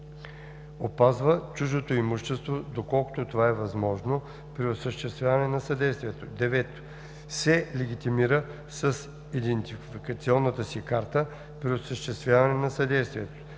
опазва чуждото имущество, доколкото това е възможно при осъществяване на съдействието; 9. се легитимира с идентификационната си карта при осъществяване на съдействието.